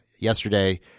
Yesterday